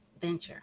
venture